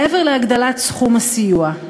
מעבר להגדלת סכום הסיוע,